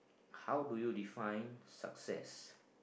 how do you define success